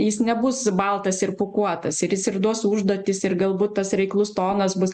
jis nebus baltas ir pūkuotas ir jis ir duos užduotis ir galbūt tas reiklus tonas bus